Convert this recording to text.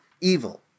evil